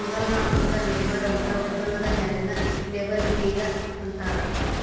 ವಿವರಣಾತ್ಮಕ ಲೇಬಲ್ ಅಂದ್ರ ಉತ್ಪನ್ನದ ಮ್ಯಾಲಿನ್ ಲೇಬಲ್ಲಿಗಿ ಅಂತಾರ